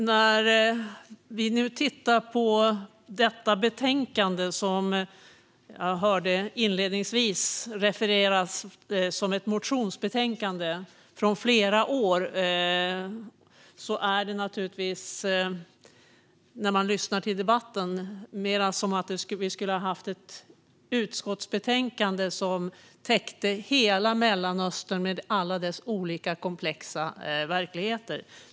När vi nu tittar på detta betänkande, som jag inledningsvis hörde refereras till som ett motionsbetänkande från flera år, och lyssnar till debatten blir det mer som att vi skulle ha haft ett utskottsbetänkande som täckte hela Mellanöstern med alla dess olika komplexa verkligheter.